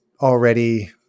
already